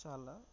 చాలా